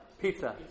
Pizza